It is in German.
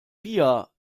pia